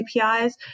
APIs